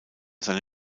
seine